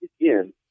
again